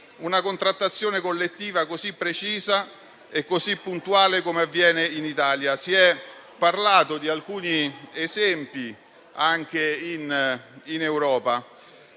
una contrattazione collettiva così precisa e così puntuale come avviene in Italia. Si è parlato di alcuni esempi anche in Europa.